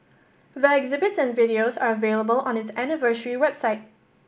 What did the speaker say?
the exhibits and videos are available on its anniversary website